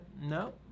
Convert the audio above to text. No